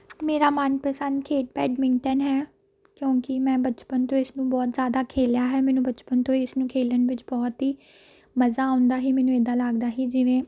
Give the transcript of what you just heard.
ਮੇਰਾ ਮਨ ਪਸੰਦ ਖੇਡ ਬੈਡਮਿੰਟਨ ਹੈ ਕਿਉਂਕਿ ਮੈਂ ਬਚਪਨ ਤੋਂ ਇਸਨੂੰ ਬਹੁਤ ਜ਼ਿਆਦਾ ਖੇਡਿਆ ਹੈ ਮੈਨੂੰ ਬਚਪਨ ਤੋਂ ਇਸ ਨੂੰ ਖੇਡਣ ਵਿੱਚ ਬਹੁਤ ਹੀ ਮਜ਼ਾ ਆਉਂਦਾ ਸੀ ਮੈਨੂੰ ਇੱਦਾਂ ਲੱਗਦਾ ਸੀ ਜਿਵੇਂ